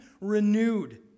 renewed